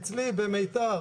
אצלי במיתר